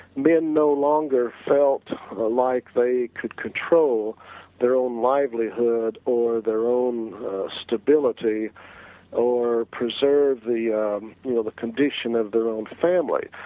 men no longer felt like they could control their own livelihood or their own stability or preserve the, you know the condition of their own family,